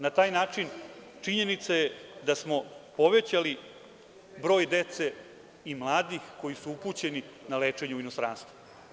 Na taj način, činjenica je da smo povećali broj dece i mladih koji su upućeni na lečenje u inostranstvo.